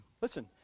Listen